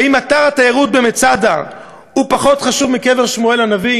האם אתר התיירות במצדה חשוב מקבר שמואל הנביא?